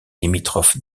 limitrophe